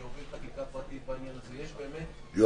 שהוביל חקיקה פרטית בעניין הזה --- יואב,